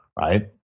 right